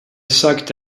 sucked